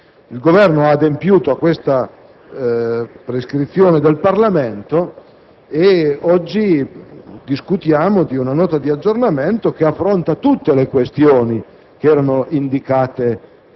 Il Governo ha adempiuto a tale prescrizione del Parlamento e oggi discutiamo una Nota di aggiornamento che affronta tutte le questioni indicate nella